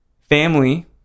family